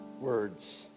words